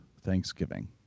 Thanksgiving